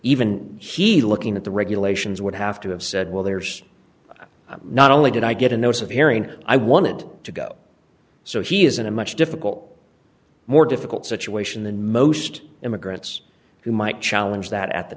even he looking at the regulations would have to have said well there's not only did i get a notice of hearing i wanted to go so he is in a much difficult more difficult situation than most immigrants who might challenge that at the